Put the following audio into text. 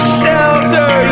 shelter